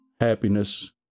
happiness